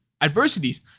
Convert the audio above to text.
adversities